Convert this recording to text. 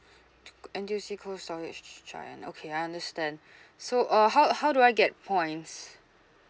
N_T_U_C cold storage giant okay I understand so uh how how do I get points